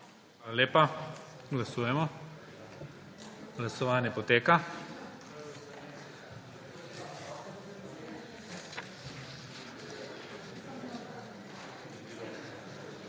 lepa. Glasujemo. Glasovanje poteka.